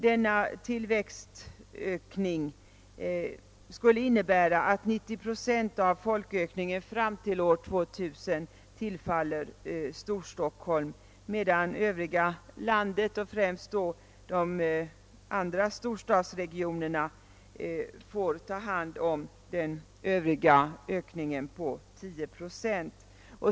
Denna tillväxttakt innebär att 90 procent av folkökningen fram till år 2000 tillfaller Storstockholm, medan övriga landet, främst de andra storstadsregionerna, får ta hand om den återstående ökningen på 10 procent.